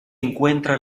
encuentra